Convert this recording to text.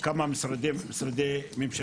חמישים יחידות דיור עד היום.